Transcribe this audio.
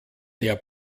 der